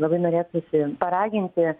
labai norėtųsi paraginti